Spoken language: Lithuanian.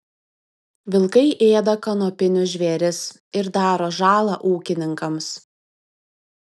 vilkai ėda kanopinius žvėris ir daro žalą ūkininkams